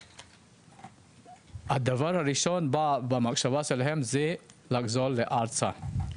והדבר הראשון במחשבה שלהם זה לחזור ארצה.